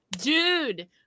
Dude